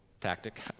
tactic